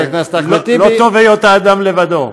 לחבר הכנסת אחמד טיבי, כן, לא טוב היות האדם לבדו.